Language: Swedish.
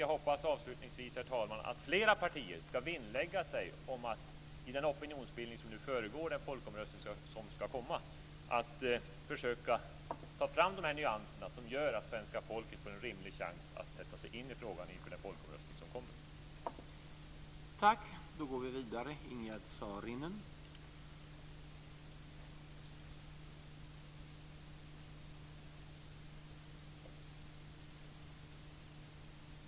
Jag hoppas avslutningsvis att flera partier ska vinnlägga sig om att i den opinionsbildning som nu föregår den folkomröstning som ska ske försöka ta fram dessa nyanser som gör att svenska folket får en rimlig chans att sätta sig in i frågan inför den folkomröstning som ska äga rum.